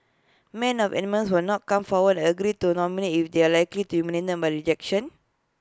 men of eminence will not come forward and agree to nomination if they are likely to be humiliated by rejection